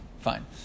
Fine